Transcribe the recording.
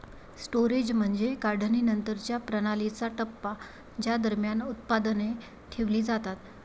storage म्हणजे काढणीनंतरच्या प्रणालीचा टप्पा ज्या दरम्यान उत्पादने ठेवली जातात